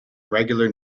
regular